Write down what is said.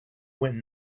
when